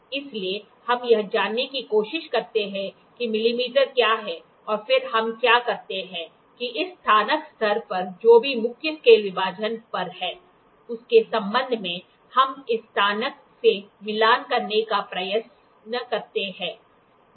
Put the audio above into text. इसलिए हम यह जानने की कोशिश करते हैं कि मिलीमीटर क्या है और फिर हम क्या करते हैं कि इस स्नातक स्तर पर जो भी मुख्य स्केल विभाजन पर है उसके संबंध में हम इस स्नातक से मिलान करने का प्रयास करते हैं